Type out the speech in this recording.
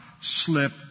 slip